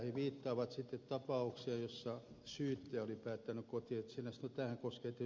he viittaavat sitten tapaukseen jossa syyttäjä oli päättänyt kotietsinnästä